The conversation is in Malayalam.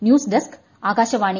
news desk Akashvani